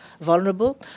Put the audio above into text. vulnerable